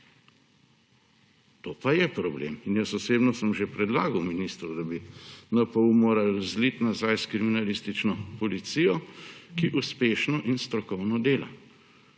To pa je problem. In jaz osebno sem že predlagal ministru, da bi NPU morali zliti nazaj s kriminalistično policijo, ki uspešno in strokovno dela.